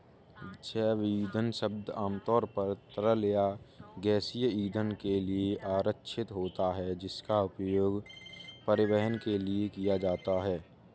जैव ईंधन शब्द आमतौर पर तरल या गैसीय ईंधन के लिए आरक्षित होता है, जिसका उपयोग परिवहन के लिए किया जाता है